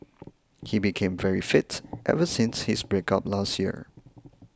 he became very fit ever since his break up last year